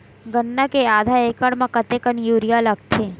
गन्ना के आधा एकड़ म कतेकन यूरिया लगथे?